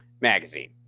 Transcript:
Magazine